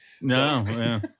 No